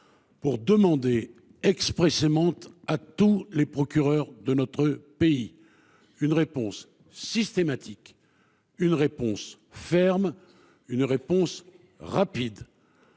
pour demander expressément à tous les procureurs de notre pays une réponse systématique, une réponse ferme, une réponse rapide.